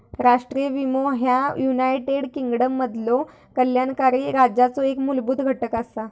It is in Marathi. राष्ट्रीय विमो ह्या युनायटेड किंगडममधलो कल्याणकारी राज्याचो एक मूलभूत घटक असा